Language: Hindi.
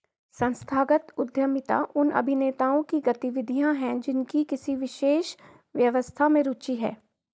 संस्थागत उद्यमिता उन अभिनेताओं की गतिविधियाँ हैं जिनकी किसी विशेष व्यवस्था में रुचि है